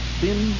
thin